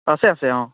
আছে আছে অঁ